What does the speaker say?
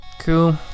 Cool